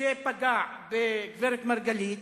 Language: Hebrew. שפגע בגברת מרגלית,